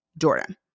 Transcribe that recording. Jordan